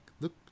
look